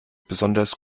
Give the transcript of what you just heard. besonders